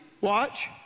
watch